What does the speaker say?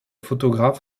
photographe